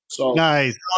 Nice